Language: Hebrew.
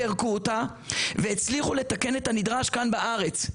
פירקו אותה והצליחו לתקן את הנדרש כאן בארץ,